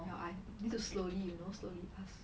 ya I need to slowly you know slowly pass